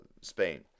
spain